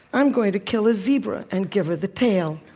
i'm going to kill a zebra and give her the tail.